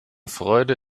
freude